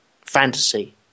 fantasy